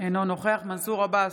אינו נוכח מנסור עבאס,